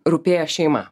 rūpėjo šeima